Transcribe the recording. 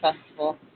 Festival